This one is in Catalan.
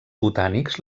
botànics